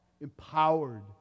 empowered